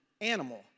animal